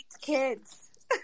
kids